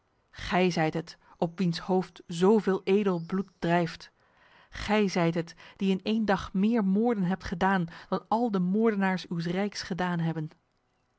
gij zijt het op wiens hoofd zoveel edel bloed drijft gij zijt het die in één dag meer moorden hebt gedaan dan al de moordenaars uws rijks gedaan hebben